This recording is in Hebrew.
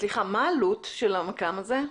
מה עלות המכ"ם הזה?